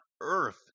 earth